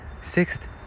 Sixth